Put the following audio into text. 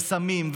סמים,